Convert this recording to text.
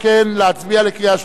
להצביע בקריאה שלישית.